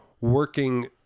working